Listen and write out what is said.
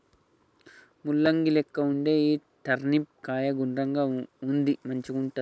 ముల్లంగి లెక్క వుండే ఈ టర్నిప్ కాయ గుండ్రంగా ఉండి మంచిగుంటది